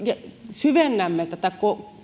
syvennämme tätä